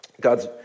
God's